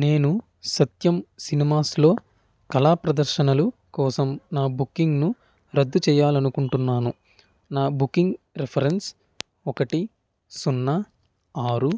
నేను సత్యం సినిమాస్లో కళా ప్రదర్శనలు కోసం నా బుకింగ్ను రద్దు చెయ్యాలనుకుంటున్నాను నా బుకింగ్ రిఫరెన్స్ ఒకటి సున్నా ఆరు